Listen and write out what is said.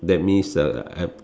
that means uh ev~